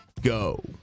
go